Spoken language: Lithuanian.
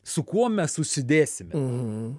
su kuo mes užsidėsime